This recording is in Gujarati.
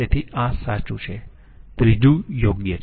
તેથી આ સાચું છે ત્રીજું યોગ્ય છે